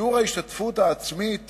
שיעור ההשתתפות העצמית